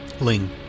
Ling